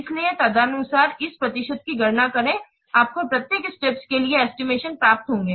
इसलिए तदनुसार इस प्रतिशत की गणना करें आपको प्रत्येक स्टेप्स के लिए एस्टिमेशन प्राप्त होंगे